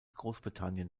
großbritannien